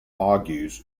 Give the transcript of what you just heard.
argues